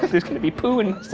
there's gonna be poo in